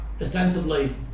ostensibly